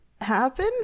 happen